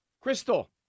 Crystal